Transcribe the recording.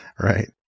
Right